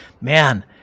man